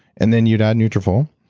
and then you'd add nutrafol.